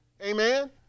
Amen